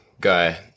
guy